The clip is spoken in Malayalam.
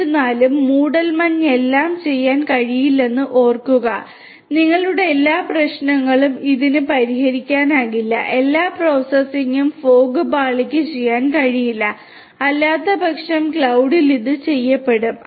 എന്നിരുന്നാലും മൂടൽമഞ്ഞിന് എല്ലാം ചെയ്യാൻ കഴിയില്ലെന്ന് ഓർക്കുക നിങ്ങളുടെ എല്ലാ പ്രശ്നങ്ങളും ഇതിന് പരിഹരിക്കാനാകില്ല എല്ലാ പ്രോസസ്സിംഗും മൂടൽമഞ്ഞ് പാളിക്ക് ചെയ്യാൻ കഴിയും അല്ലാത്തപക്ഷം ക്ലൌഡിൽ ഇത് ചെയ്യപ്പെടും